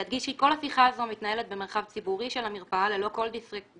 להדגיש כי כל השיחה הזו מתנהלת במרחב ציבורי של המרפאה ללא כל דיסקרטיות